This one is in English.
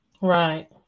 Right